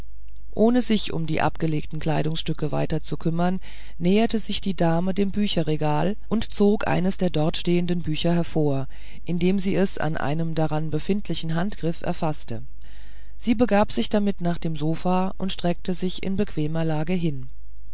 ohne sich um die abgelegten kleidungsstücke weiter zu kümmern näherte sich die dame dem bücherregal und zog eines der dort stehenden bücher hervor indem sie es an einem daran befindlichen handgriff erfaßte sie begab sich damit nach dem sofa und streckte sich in bequemer lage hin